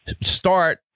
start